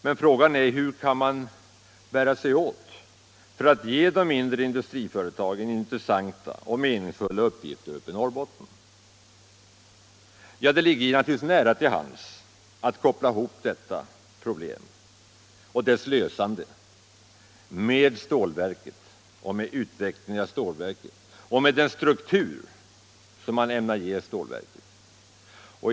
Men frågan är hur man skall bära sig åt för att ge de mindre industriföretagen i Norrbotten intressanta och meningsfulla uppgifter. Det ligger naturligtvis nära till hands att koppla ihop detta problem och dess lösande med utvecklingen av stålverket och med den struktur som man ämnar ge stålverket.